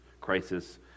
crisis